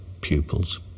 pupils